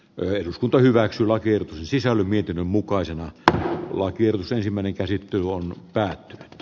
eduskunta hyväksyy lakiin sisälly mietinnön mukaisena että lakiehdotus ensimmäinen käsittely on päät